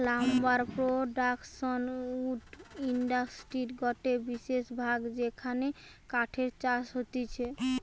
lumber production wood ইন্ডাস্ট্রির গটে বিশেষ ভাগ যেখানে কাঠের চাষ হতিছে